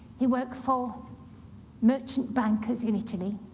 he worked for merchant bankers in italy.